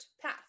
path